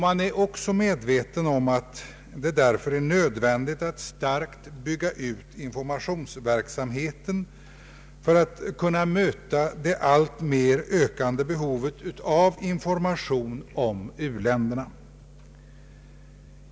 Man är också medveten om att det därför är nödvändigt att kraftigt bygga ut informationsverksamheten för att kunna möta det alltmer ökande behovet av information om u-länderna.